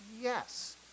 Yes